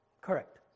Correct